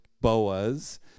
Boas